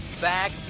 back